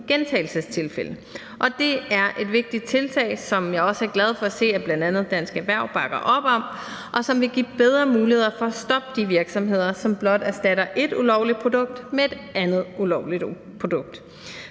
gentagelsestilfælde. Og det er et vigtigt tiltag, som jeg også er glad for at se at bl.a. Dansk Erhverv bakker op om, og som vil give bedre muligheder for at stoppe de virksomheder, som blot erstatter et ulovligt produkt med et andet ulovligt produkt.